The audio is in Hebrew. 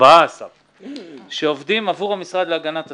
14 שעובדים עבור המשרד להגנת הסביבה.